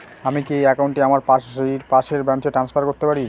আমি কি এই একাউন্ট টি আমার বাড়ির পাশের ব্রাঞ্চে ট্রান্সফার করতে পারি?